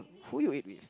who you eat with